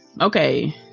okay